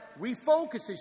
refocuses